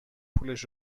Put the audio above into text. پولش